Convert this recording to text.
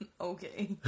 Okay